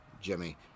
Jimmy